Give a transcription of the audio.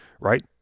right